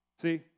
See